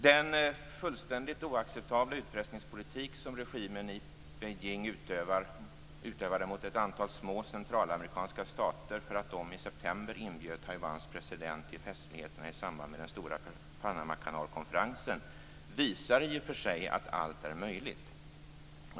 Den fullständigt oacceptabla utpressningspolitik som regimen i Beijing utövade mot ett antal små centralamerikanska stater, för att dessa i september inbjöd Taiwans president till festligheterna i samband med den stora Panamakanalkonferensen, visar i och för sig att allt är möjligt.